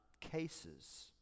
cases